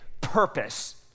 purpose